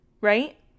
right